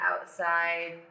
outside